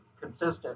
consistent